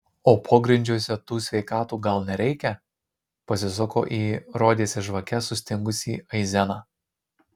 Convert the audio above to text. o pogrindžiuose tų sveikatų gal nereikia pasisuko į rodėsi žvake sustingusį aizeną